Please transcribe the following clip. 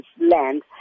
land